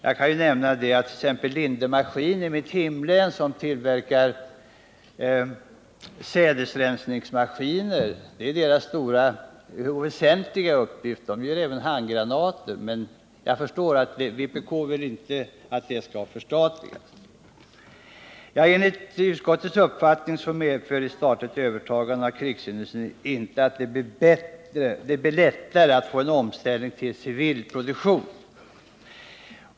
Jag kan nämna att Lindemaskiner i mitt hemlän, som har tillverkning av sädesrensningsmaskiner som sin stora och väsentliga uppgift, även gör handgranater. Jag förstår att vpk inte vill att det skall förstatligas. Enligt utskottets uppfattning medför ett statligt övertagande av krigsindustrin inte att det blir lättare att få en omställning till civil produktion.